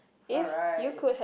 alright